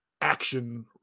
action